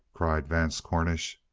cried vance cornish.